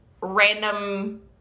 random